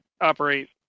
operate